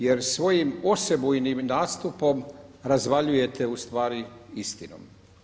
Jer svojim osebujnim nastupom razvaljujete ustvari istinu.